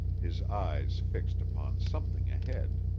his eyes fixed upon something ahead.